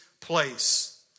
place